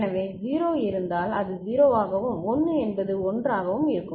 எனவே 0 இருந்தால் அது 0 ஆகவும் 1 என்பது 1 ஆகவும் இருக்கும்